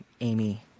Amy